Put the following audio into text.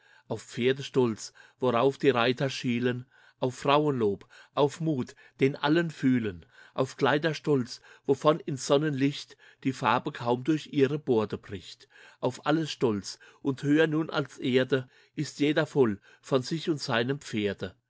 auf pferde stolz worauf die reiter schielen auf frauenlob auf mut den allen fühlen auf kleider stolz wovon ins sonnenlicht die farbe kaum durch breite borde bricht auf alles stolz und höher nun als erde ist jeder voll von sich und seinem pferde